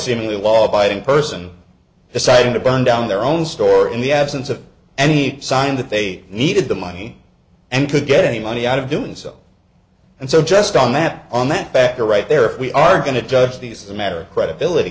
seemingly law abiding person deciding to burn down their own store in the absence of any sign that they needed the money and could get any money out of doing so and so just on that on that back or right there if we are going to judge these as a matter of credibility